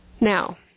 now